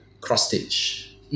cross-stitch